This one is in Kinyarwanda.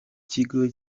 kigo